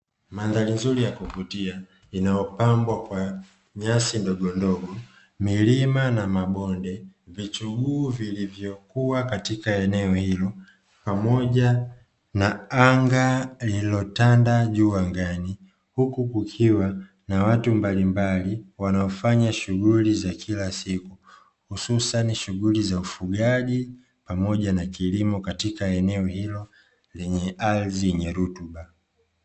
Mandhari nzuri ya kuvutia, inayopambwa kwa nyasi ndogondogo, milima na mabonde, vichuguu vilivyo kua katika eneo hilo pamoja na anga lililotanda juu angani, huku kukiwa na watu mbalimbali wanaofanya shughuli za kila siku hususani shughuli za ufugaji pamoja na kilimo katika eneo hilo lenye ardhi yenye rutuba.